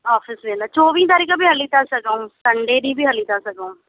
office वेंदा चोवीह तारीख़ बि हली था सघूं संडे ॾींहुं बि हली था सघूं